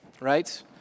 right